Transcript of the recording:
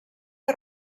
que